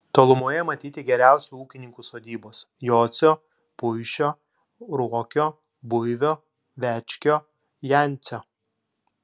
tolumoje matyti geriausių ūkininkų sodybos jocio puišio ruokio buivio večkio jancio